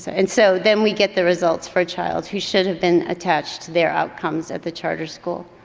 so and so, then we get the results for a child who should have been attached to their outcomes at the charter school.